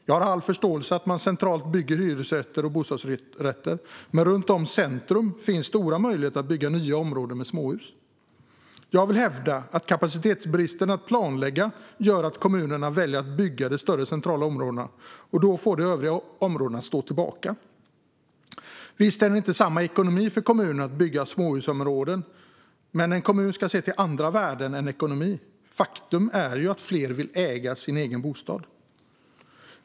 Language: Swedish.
Jag har all förståelse för att man centralt bygger hyresrätter och bostadsrätter, men runt om centrum finns stora möjligheter att bygga nya områden med småhus. Jag hävdar att kapacitetsbristen att planlägga gör att kommunerna väljer att bygga de större centrala områdena, och då får övriga områden stå tillbaka. Visserligen är det inte samma ekonomi för kommunen att bygga småhusområden, men en kommun ska se till andra värden än ekonomi. Faktum är ju att fler vill äga sin bostad.